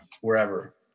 wherever